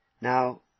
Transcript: Now